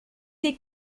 des